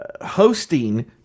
hosting